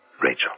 Rachel